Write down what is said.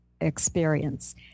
Experience